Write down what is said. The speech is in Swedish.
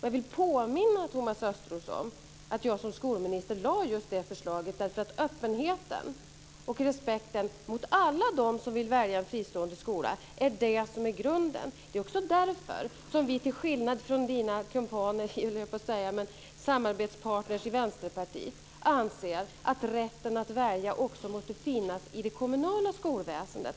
Jag vill påminna Thomas Östros om att jag som skolminister lade fram just det förslaget, därför att öppenheten och respekten gentemot alla dem som vill välja en fristående skola är grunden. Det är också därför som vi, till skillnad från skolministerns samarbetspartner i Vänsterpartiet, anser att rätten att välja också måste finnas i det kommunala skolväsendet.